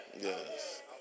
Yes